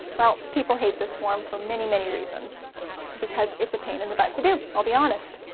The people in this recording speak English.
well, people hate this form for many many reasons because it's a pain in the butt to do. i'll be honest!